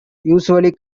usually